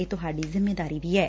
ਇਹ ਤੁਹਾਡੀ ਜਿੰਮੇਵਾਰੀ ਵੀ ਏ